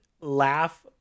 laugh